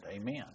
Amen